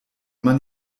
man